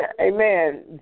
amen